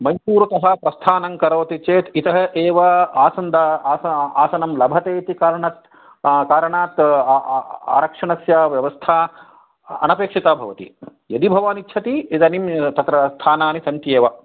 मैसूरत प्रस्थानं करोति चेत् इत एव आसन्दा आस् आसनं लभते इति कारणात् कारणात् आरक्षणस्य व्यवस्था अनपेक्षिता भवति यदि भवान् इच्छति इदानीम् तत्र स्थानानि सन्ति एव